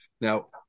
Now